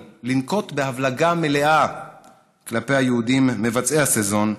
לנקוט הבלגה מלאה כלפי היהודים מבצעי הסזון.